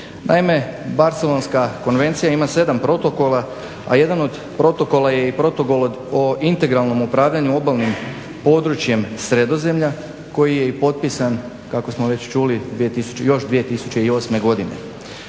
Naime, Barcelonska konvencija ima sedam protokola, a jedan od protokola je i Protokol o integralnom upravljanju obalnim područjem Sredozemlja koji je i potpisan kako smo već čuli još 2008. godine.